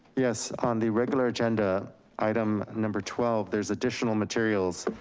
yes, on the regular agenda item number twelve, there's additional materials.